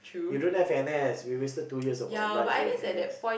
you don't have N_S we wasted two years of our lives doing N_S